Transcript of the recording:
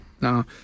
No